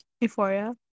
euphoria